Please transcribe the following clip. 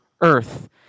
Earth